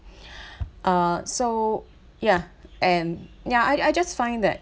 uh so ya and ya I I just find that